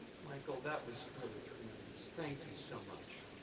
michael, that was really tremendous. thank you so much.